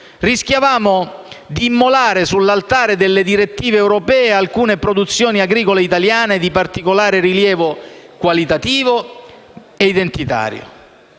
rischiavamo di immolare sull'altare delle direttive europee alcune produzioni agricole italiane di particolare rilievo qualitativo e identitario.